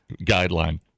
guideline